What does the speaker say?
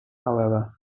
however